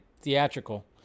theatrical